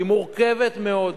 היא מורכבת מאוד.